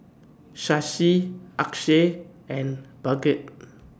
Shashi Akshay and Bhagat